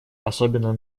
особенно